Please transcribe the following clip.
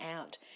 out